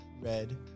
red